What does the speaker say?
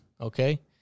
okay